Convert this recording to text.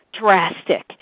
drastic